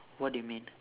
what do you mean